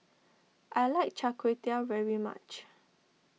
I like Char Kway Teow very much